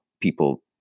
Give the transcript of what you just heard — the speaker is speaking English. People